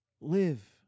live